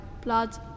blood